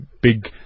big